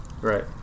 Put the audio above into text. Right